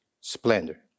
splendor